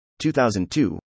2002